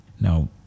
Now